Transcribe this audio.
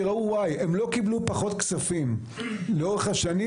ייראו Y. הם לא קיבלו פחות כספים לאורך השנים,